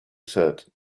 said